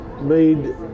made